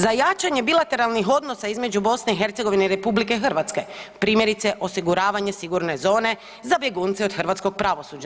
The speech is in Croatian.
Za jačanje bilateralnih odnosa između BiH i RH primjerice osiguravanje sigurne zone za bjegunce od hrvatskog pravosuđa.